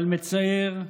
אבל מצער,